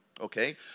Okay